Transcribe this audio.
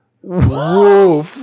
Whoa